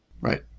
Right